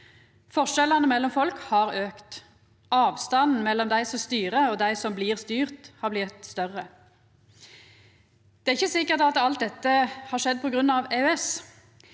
Forskjellane mellom folk har auka. Avstanden mellom dei som styrer, og dei som blir styrt, har blitt større. Det er ikkje sikkert at alt dette har skjedd på grunn av EØS.